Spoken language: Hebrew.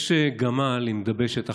יש גמל עם דבשת אחת,